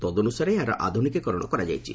ତଦନୁସାରେ ଏହାର ଆଧୁନିକୀକରଣ କରାଯାଇଛି